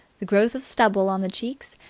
the growth of stubble on the cheeks,